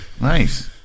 Nice